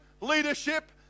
leadership